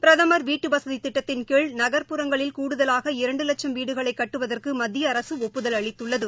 பிரதமர் வீட்டுவசதி திட்டத்தின் கீழநகர்புறங்களில் கூடுதலாக இரண்டு வட்சம் வீடுகளை கட்டுவதற்கு மத்திய அரசு ஒப்புதல் அளித்துள்ளது